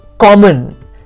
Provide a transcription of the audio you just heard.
Common